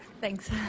Thanks